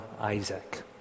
Isaac